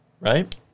right